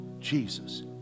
Jesus